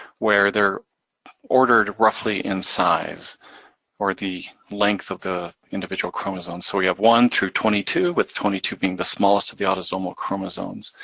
where they're ordered roughly in size or the length of the individual chromosome. so we have one through twenty two, with twenty two being the smallest of the autosomal chromosomes.